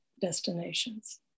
destinations